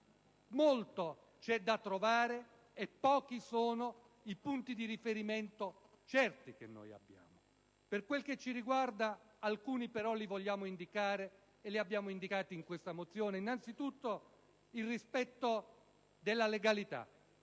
molto c'è da trovare e pochi sono i punti di riferimento certi che abbiamo. Per quel che ci riguarda alcuni li vogliamo indicare e li abbiamo inseriti nella nostra mozione: innanzitutto, il rispetto del principio